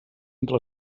entre